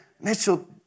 Mitchell